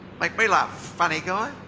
make me laugh, funny guy.